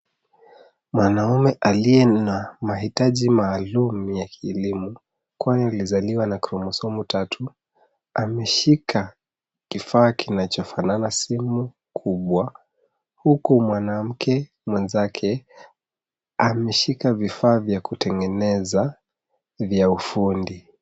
Mwanaume aliye na mahataji maalum ya kilimo kwani walizaliwa na kromosomu tatu ameshika kifaa kinachofanana simu kubwa huku mwanamke mwenzake ameshika vifaa vya kutengeneza vya ufundi.